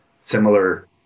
similar